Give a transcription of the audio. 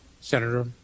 Senator